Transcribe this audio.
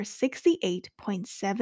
68.7